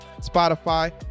Spotify